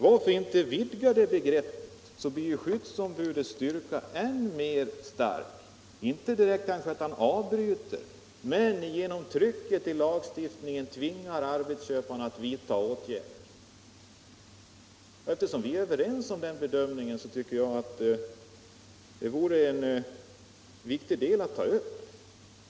Varför inte vidga denna rätt för att göra skyddsombudets ställning ännu starkare —- kanske inte därför att han avbryter arbetet utan genom att trycket från lagstiftningen tvingar arbetsköparna att vidta åtgärder? Eftersom vi är överens om denna bedömning tycker jag att det vore en viktig punkt att ta upp.